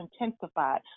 intensified